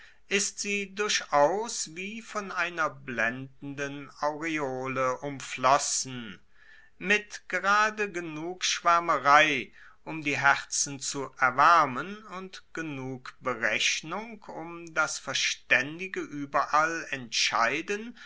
ist sie durchaus wie von einer blendenden aureole umflossen mit gerade genug schwaermerei um die herzen zu erwaermen und genug berechnung um das verstaendige ueberall entscheiden